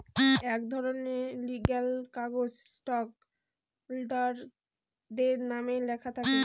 এক ধরনের লিগ্যাল কাগজ স্টক হোল্ডারদের নামে লেখা থাকে